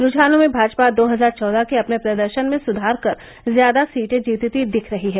रुझानों में भाजपा दो हजार चौदह के अपने प्रदर्शन में सुधार कर ज्यादा सीटें जीतती दिख रही है